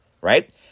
right